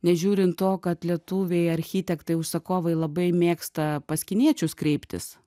nežiūrint to kad lietuviai architektai užsakovai labai mėgsta pas kiniečius kreiptis